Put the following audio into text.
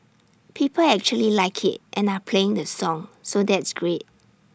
people actually like IT and are playing the song so that's great